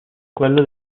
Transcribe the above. quello